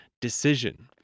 decision